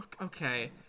okay